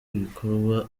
ibikorwa